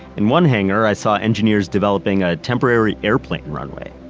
in one hanger, i saw engineers developing a temporary airplane runway.